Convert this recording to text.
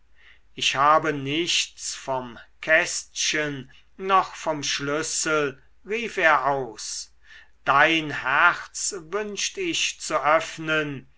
ich habe nichts vom kästchen noch vom schlüssel rief er aus dein herz wünscht ich zu öffnen